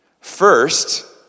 First